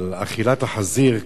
על אכילת החזיר,